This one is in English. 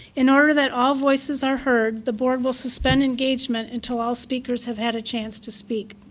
in order that all voices are heard, the board will suspend engagement until all speakers have had a chance to speak.